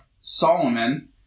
Solomon